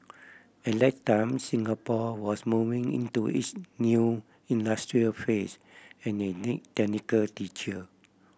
at that time Singapore was moving into its new industrial phase and they need technical teacher